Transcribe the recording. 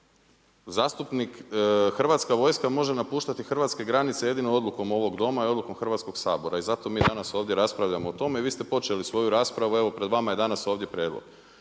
Saboru, a Hrvatska vojska može napuštati hrvatske granice jedino odlukom ovog Doma i odlukom Hrvatskog sabora i zato mi danas ovdje raspravljamo o tome i vi ste počeli svoju raspravu, evo pred vama je danas ovdje prijedlog.